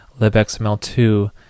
libxml2